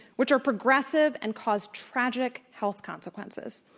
which are progressive and cause tragic health consequences.